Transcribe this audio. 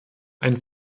einen